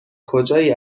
کجایی